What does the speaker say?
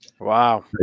Wow